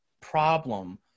problem